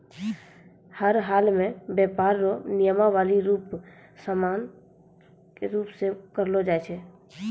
हर हालमे व्यापार रो नियमावली समान रूप से लागू करलो जाय छै